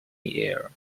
year